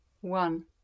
One